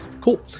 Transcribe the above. cool